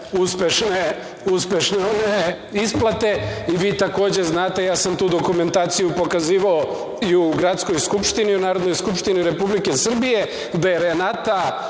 uspešne isplate? Vi takođe znate, ja sam tu dokumentaciju pokazivao i u Gradskoj skupštini i u Narodnoj skupštini Republike Srbije, da je Renata